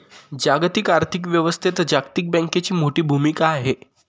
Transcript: जागतिक आर्थिक व्यवस्थेत जागतिक बँकेची मोठी भूमिका आहे